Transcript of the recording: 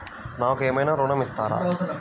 నాకు ఏమైనా ఋణం ఇస్తారా?